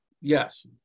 Yes